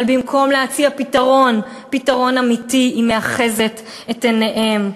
אבל במקום להציע פתרון אמיתי היא מאחזת את עיניהם,